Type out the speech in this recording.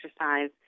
exercise